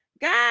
God